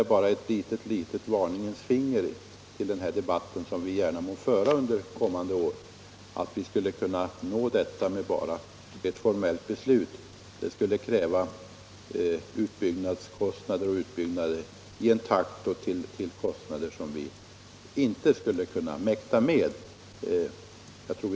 Det är bara ett litet varningens finger i den här debatten, som vi gärna må föra under kommande år. Tror man att vi skulle kunna nå detta mål bara genom ett formellt beslut, bör man alltså tänka på att det krävs utbyggnader i en takt och till kostnader som vi inte skulle mäkta att genomföra.